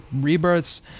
rebirths